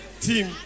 team